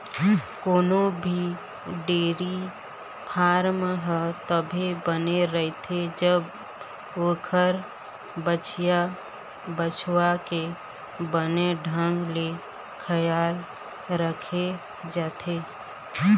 कोनो भी dairy farm ह तभे बने रहिथे जब ओखर बछिया, बछवा के बने ढंग ले खियाल राखे जाथे